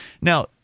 now